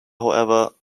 however